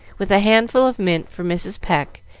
with a handful of mint for mrs. pecq,